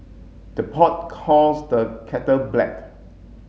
the pot calls the kettle black